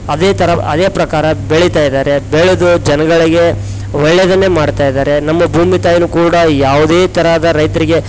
ಅದೇ ಥರ ಅದೇ ಪ್ರಕಾರ ಬೆಳಿತಾ ಇದ್ದಾರೆ ಬೆಳೆದು ಜನಗಳಿಗೆ ಒಳ್ಳೆದನ್ನೆ ಮಾಡ್ತಾ ಇದ್ದಾರೆ ನಮ್ಮ ಭೂಮಿ ತಾಯಿನು ಕೂಡ ಯಾವುದೇ ಥರದ ರೈತರಿಗೆ